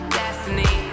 destiny